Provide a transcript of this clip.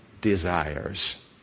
desires